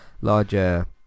larger